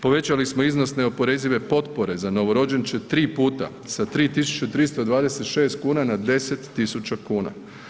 Povećali smo iznos neoporezive potpore za novorođenče 3 puta, sa 3.326 kuna na 10.000 kuna.